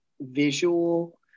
visual